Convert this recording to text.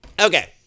Okay